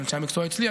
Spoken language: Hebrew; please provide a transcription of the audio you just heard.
של אנשי המקצוע אצלי,